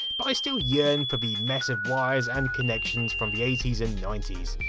but i still yearn for the mess of wires and connections from the ninety s.